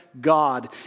God